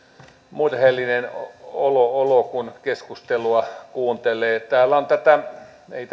murheellinen olo olo kun keskustelua kuuntelee täällä on tätä ei